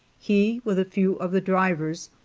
he, with a few of the drivers,